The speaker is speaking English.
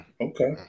Okay